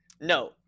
No